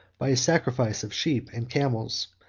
by a sacrifice of sheep and camels,